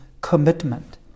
commitment